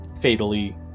fatally